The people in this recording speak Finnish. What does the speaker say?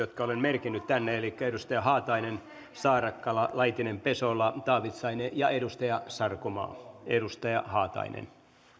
jotka olen merkinnyt tänne elikkä edustajille haatainen saarakkala laitinen pesola taavitsainen ja sarkomaa edustaja haatainen arvoisa herra